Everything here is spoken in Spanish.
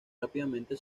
rápidamente